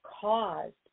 caused